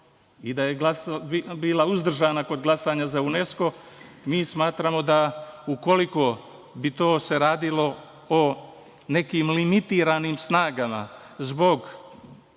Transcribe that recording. i da je bila uzdržana kod glasanja za UNESKO, mi smatramo, ukoliko bi se to radilo o nekim limitiranim snagama zbog